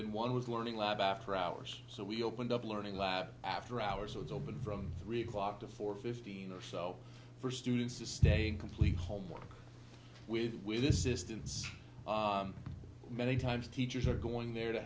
in one was learning lab after hours so we opened up learning lab after hours so it's open from three o'clock to four fifteen or so for students to stay in complete homework with with this system many times teachers are going there to